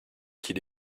qu’il